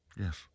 Yes